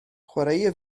chwaraea